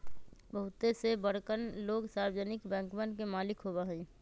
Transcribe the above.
बहुते से बड़कन लोग सार्वजनिक बैंकवन के मालिक होबा हई